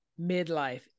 midlife